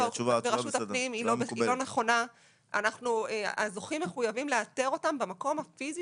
ברשות הפנים היא לא נכונה הזוכים מתחייבים לאתר אותם במקום הפיזי